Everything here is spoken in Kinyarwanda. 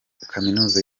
kaminuza